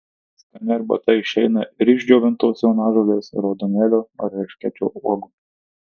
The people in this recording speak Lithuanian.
skani arbata išeina ir iš džiovintos jonažolės raudonėlio ar erškėčio uogų